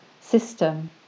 system